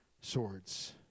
swords